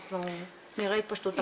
אנחנו נראה התפשטות תחלואה.